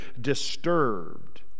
disturbed